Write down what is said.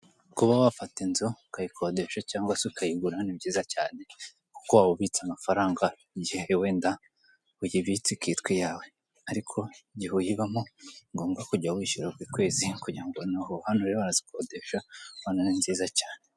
Kuba wafata inzu ukayikodesha cyangwa ukayigura ni byiza cyane. Kuko waba ubitse amafaranga igihe wenda uyibitse ikitwa iyawe. Ariko igihe uyibamo ni ngombwa kujya wishyura buri kwezi kugira ngo ubeho hano rero barazikodesha kandi ni nziza cyane.